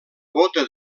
bota